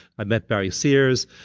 i met barry sears.